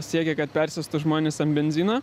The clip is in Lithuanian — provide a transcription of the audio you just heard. siekia kad persiųstų žmonės ant benzino